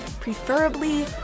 Preferably